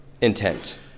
intent